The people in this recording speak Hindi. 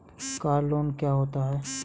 कार लोन क्या होता है?